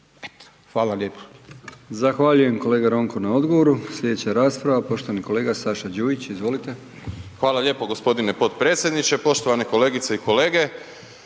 hvala lijepa.